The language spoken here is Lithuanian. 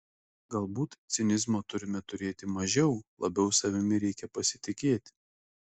galbūt cinizmo turime turėti mažiau labiau savimi reikia pasitikėti